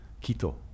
Quito